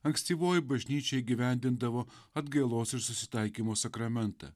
ankstyvoji bažnyčia įgyvendindavo atgailos ir susitaikymo sakramentą